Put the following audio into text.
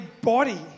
body